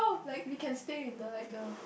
like we can stay in the at the